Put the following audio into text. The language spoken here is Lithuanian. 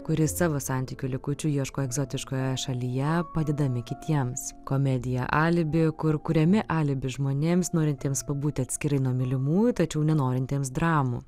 kuri savo santykių likučių ieško egzotiškoje šalyje padedami kitiems komedija alibi kur kuriame alibi žmonėms norintiems pabūti atskirai nuo mylimųjų tačiau nenorintiems dramų